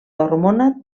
hormona